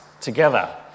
together